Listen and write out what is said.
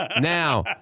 now